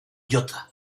jota